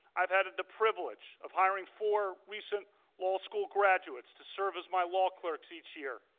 i have have the privilege of hiring four recent law school graduates to service my law clerks each year.